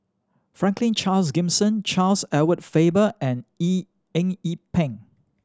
Franklin Charles Gimson Charles Edward Faber and Eng Yee Peng